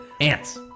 Ants